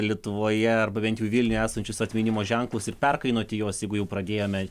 lietuvoje arba bent jau vilniuje esančius atminimo ženklus ir perkainoti juos jeigu jau pradėjome